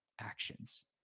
actions